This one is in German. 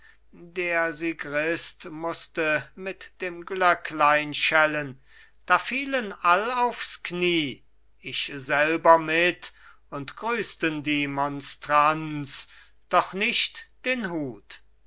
der sigrist musste mit dem glöcklein schellen da fielen all aufs knie ich selber mit und grüssten die monstranz doch nicht den hut